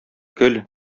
көл